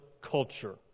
culture